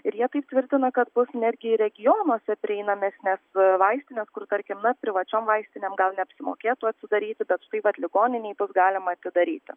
ir jie taip tvirtina kad bus netgi ir regionuose prieinamesnės vaistinės kur tarkim na privačiom vaistinėm gal neapsimokėtų atsidaryti bet štai vat ligoninėj bus galima atidaryti